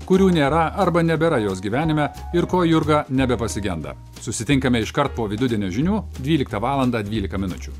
kurių nėra arba nebėra jos gyvenime ir ko jurga nebepasigenda susitinkame iškart po vidudienio žinių dvyliktą valandą dvylika minučių